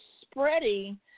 spreading